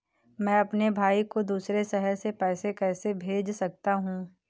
मैं अपने भाई को दूसरे शहर से पैसे कैसे भेज सकता हूँ?